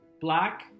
black